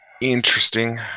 interesting